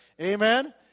Amen